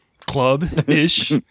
club-ish